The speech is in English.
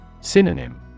Synonym